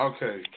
Okay